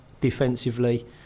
defensively